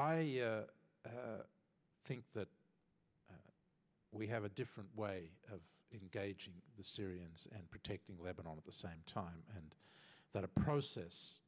i think that we have a different way of engaging the syrians and protecting lebanon at the same time and that a process